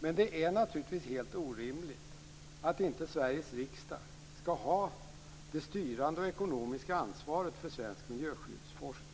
men det är naturligtvis helt orimligt att inte Sveriges riksdag skall ha det styrande och ekonomiska ansvaret för svensk miljöskyddsforskning.